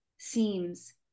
seems